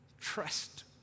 Trust